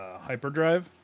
hyperdrive